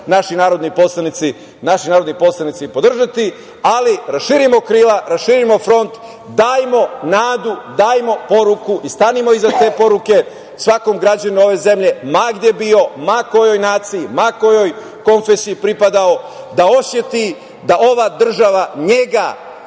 naši narodni poslanici podržati, ali raširimo krila, raširimo front, dajmo nadu, dajmo poruku i stanimo iza te poruke svakom građaninu ove zemlje, ma gde bio, ma kojoj naciji, ma kojoj konfesiji pripadao, da oseti da ova država njega